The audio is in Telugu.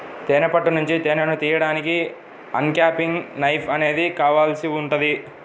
తేనె పట్టు నుంచి తేనెను తీయడానికి అన్క్యాపింగ్ నైఫ్ అనేది కావాల్సి ఉంటుంది